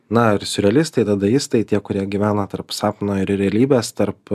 na ir siurrealistai dadaistai tie kurie gyvena tarp sapno ir realybės tarp